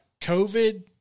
COVID